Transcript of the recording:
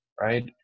right